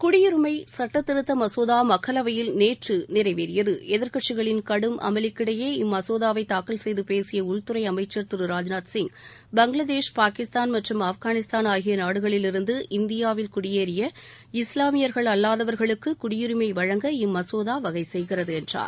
குடியுரிமை சட்ட திருத்த மசோதா மக்களவையில் நேற்று நிறைவேறியது எதிர்க்கட்சிகளின் கடும் அமளிக்கிடையே இம்மசோதவை தாக்கல் செய்து பேசிய உள்துறை அமைச்சர் திரு ராஜ்நாத் சிங் பங்களாதேஷ் பாகிஸ்தான் மற்றும் ஆப்காவிஸ்தான் ஆகிய நாடுகளில் இருந்து இந்தியாவில் குடியேறிய இஸ்வாமியர்கள் அல்வாதவர்களுக்கு குடியுரிமை வழங்க இம்மசோதா வகைசெய்கிறது என்றார்